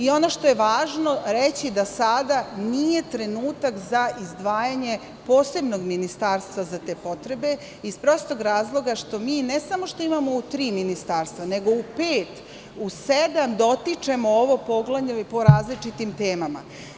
Ono što je važno reći, da sada nije trenutak za izdvajanje posebnog ministarstva za te potrebe, iz prostog razloga što mi ne samo što imamo u tri ministarstva, nego u pet, u sedam dotičemo ovo poglavlje po različitim temama.